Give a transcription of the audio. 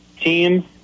team